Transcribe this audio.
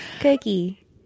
cookie